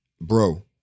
Bro